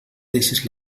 deixes